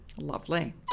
Lovely